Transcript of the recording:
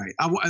right